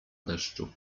deszczu